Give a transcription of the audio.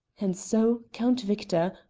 and so, count victor,